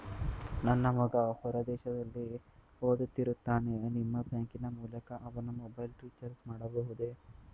ನನ್ನ ಮಗ ಹೊರ ದೇಶದಲ್ಲಿ ಓದುತ್ತಿರುತ್ತಾನೆ ನಿಮ್ಮ ಬ್ಯಾಂಕಿನ ಮೂಲಕ ಅವನ ಮೊಬೈಲ್ ರಿಚಾರ್ಜ್ ಮಾಡಬಹುದೇ?